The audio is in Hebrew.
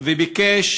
וביקש